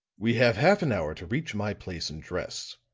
we have half an hour to reach my place and dress,